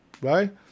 Right